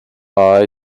eye